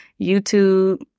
YouTube